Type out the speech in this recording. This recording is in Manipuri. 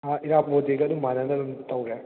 ꯑꯥ ꯏꯔꯥꯕꯣꯠ ꯗꯦꯒ ꯃꯥꯟꯅꯅ ꯑꯗꯨꯝ ꯇꯧꯔꯦ